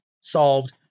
solved